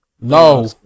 no